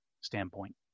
standpoint